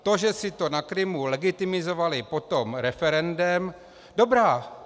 To, že si to na Krymu legitimizovali potom referendem, dobrá.